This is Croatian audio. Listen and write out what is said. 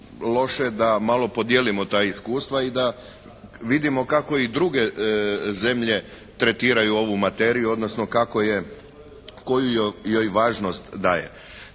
loše da malo podijelimo ta iskustva i da vidimo kako i druge zemlje tretiraju ovu materiju, odnosno kako je, koju joj važnost daje.